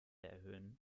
erhöhen